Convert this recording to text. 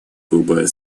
куба